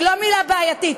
היא לא מילה בעייתית.